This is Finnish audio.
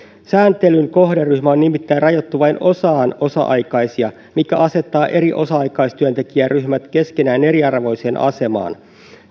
sääntelyn kohderyhmä on nimittäin rajattu vain osaan osa aikaisia mikä asettaa eri osa aikaistyöntekijäryhmät keskenään eriarvoiseen asemaan